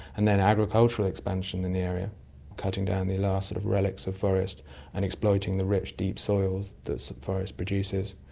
and then agricultural expansion in the area cutting down the last sort of relics of forest and exploiting the rich deep soils that the so forest produces.